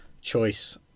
choice